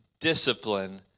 discipline